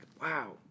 wow